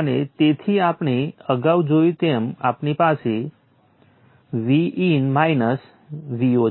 અને તેથી આપણે અગાઉ જોયું તેમ આપણી પાસે Vin Vo છે